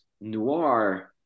noir